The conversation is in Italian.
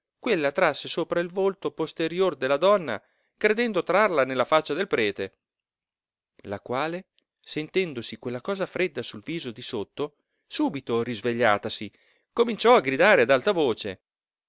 quella trasse sopra il volto posterior de la donna credendo trarla nella faccia del prete la quale sentendosi quella cosa fredda sul viso di sotto subito risvegliatasi cominciò a gridare ad alta voce